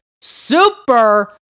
super